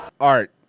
Art